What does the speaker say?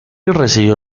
recibió